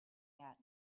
yet